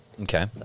Okay